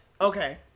okay